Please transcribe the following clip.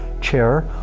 chair